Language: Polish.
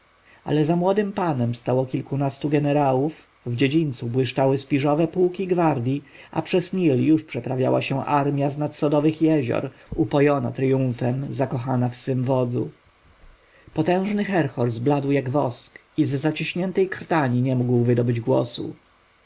ale za młodym panem stało kilkunastu jenerałów w dziedzińcu błyszczały śpiżowe pułki gwardji a przez nil już przeprawiała się armja z nad sodowych jezior upojona triumfem zakochana w swym wodzu potężny herhor zbladł jak wosk i z zaciśniętej krtani nie mógł wydobyć głosu